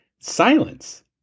Silence